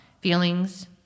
feelings